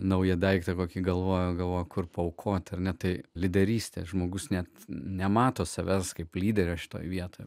naują daiktą kokį galvojo galvojo kur paaukoti ar ne tai lyderystės žmogus net nemato savęs kaip lyderio šitoje vietoj